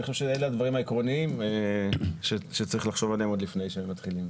אני חושב שאלה הדברים העקרוניים שצריך לחשוב עליהם עוד לפני שמתחילים.